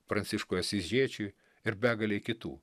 pranciškui asyžiečiui ir begalei kitų